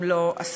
אם לא עשורים.